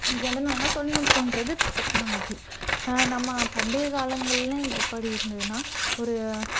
எதனாலன்னால் தொழில்நுட்பன்றது டெக்னாலஜி நம்ம பண்டைய காலங்கள்ல எப்படி இருந்ததுன்னால் ஒரு